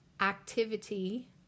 Activity